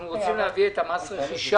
אנחנו רוצים להביא את מס הרכישה,